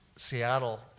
Seattle